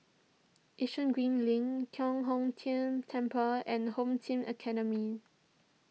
Yishun Green Link Giok Hong Tian Temple and Home Team Academy